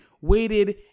waited